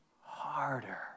harder